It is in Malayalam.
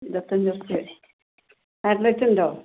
ഇരുപത്തഞ്ച് റുപ്പിക കടലെറ്റ് ഉണ്ടോ